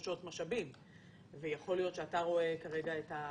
הרי ברור שתאמר שאינך מסכים,